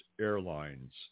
Airlines